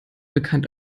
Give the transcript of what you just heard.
bekannt